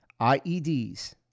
IEDs